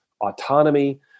autonomy